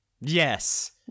Yes